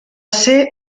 ser